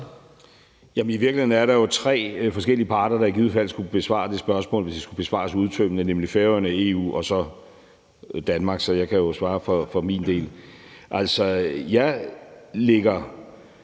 I virkeligheden er der jo tre forskellige parter, der i givet fald skulle besvare det spørgsmål, hvis det skulle besvares udtømmende, nemlig Færøerne, EU og Danmark. Så jeg kan jo svare for min del. Altså, jeg lægger